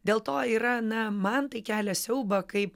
dėl to yra na man tai kelia siaubą kai